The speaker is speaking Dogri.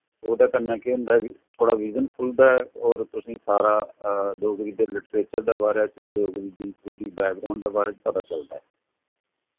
ओह्दे कन्नै केह् होंदा थोह्ड़ा विजन खुलदा ऐ और तुसें सारा डोगरी दे लिटरेचर दे बारे च डोगरी दी पूरी बैकग्राउंड दे बारे च पता चलदा ऐ